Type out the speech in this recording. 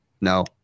no